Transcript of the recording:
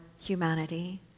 humanity